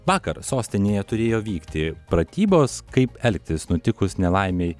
vakar sostinėje turėjo vykti pratybos kaip elgtis nutikus nelaimei